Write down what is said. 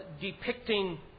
depicting